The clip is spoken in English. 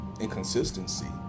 inconsistency